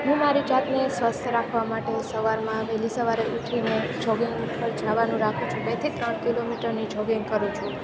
હું મારી જાતને સ્વસ્થ રાખવા માટે સવારમાં વહેલી સવારે ઊઠીને જોગિંગ પર જવાનું રાખું છું બેથી ત્રણ કિલોમીટરની જોગિંગ કરું છું